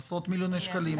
עשרות מיליוני שקלים?